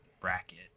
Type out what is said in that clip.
Bracket